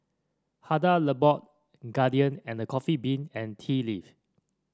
Hada Labo Guardian and The Coffee Bean and Tea Leaf